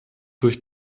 durch